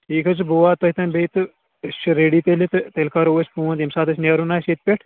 ٹھیٖک حظ چھُ بہٕ واتہٕ تۄہہِ تانۍ بیٚیہِ تہٕ أسۍ چھِ رَیٚڈِی تیٚلہِ تہٕ تیٚلہِ کَرو أسۍ فون ییٚمہِ ساتہٕ أسۍ نَیرُن آسہِ ییٚتہِ پٮ۪ٹھ